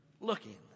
looking